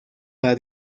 para